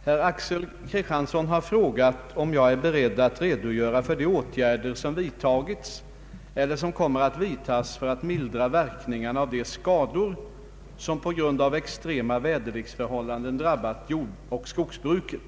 Herr talman! Herr Axel Kristiansson har frågat om jag är beredd att redogöra för de åtgärder som vidtagits eller som kommer att vidtas för att mildra verkningarna av de skador som på grund av extrema väderleksförhållanden drabbat jordoch skogsbruket.